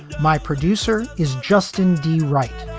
my producer is justin d. right.